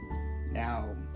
Now